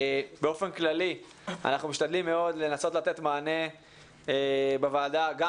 באופן כללי אנחנו משתדלים מאוד לנסות לתת מענה בוועדה גם